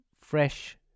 fresh